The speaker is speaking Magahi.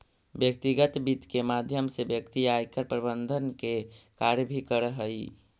व्यक्तिगत वित्त के माध्यम से व्यक्ति आयकर प्रबंधन के कार्य भी करऽ हइ